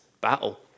battle